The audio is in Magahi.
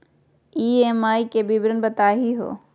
ई.एम.आई के विवरण बताही हो?